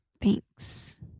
thanks